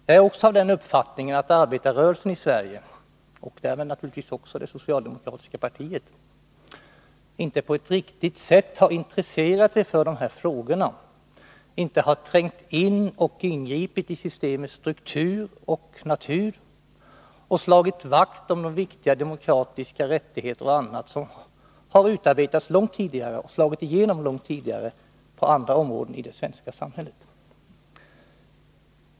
Jag är också av den uppfattningen att arbetarrörelsen i Sverige — och därmed också det socialdemokratiska partiet — inte på ett riktigt sätt har intresserat sig för dessa frågor, inte har trängt in i och ingripit i systemets struktur och natur och slutit upp bakom de viktiga demokratiska rättigheterna eller de regler som har utarbetats och slagit igenom långt tidigare på andra områden i det svenska samhället.